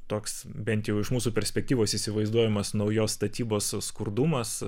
toks bent jau iš mūsų perspektyvos įsivaizduojamas naujos statybos skurdumas